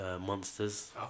monsters